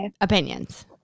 Opinions